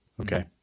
Okay